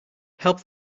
help